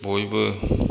बयबो